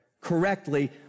correctly